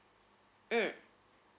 mm